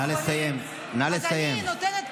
נא לסיים, נא לסיים.